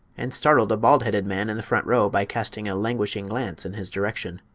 and startled a bald-headed man in the front row by casting a languishing glance in his direction.